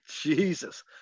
Jesus